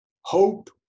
hope